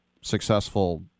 successful